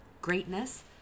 greatness